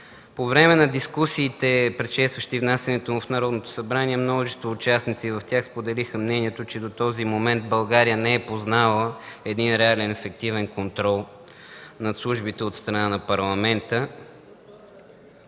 По време на дискусиите, предшестващи внасянето му в Народното събрание, множество участници в тях споделиха мнението, че до този момент България не е познавала един реален, ефективен контрол над службите от страна на парламента.